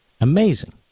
amazing